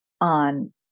on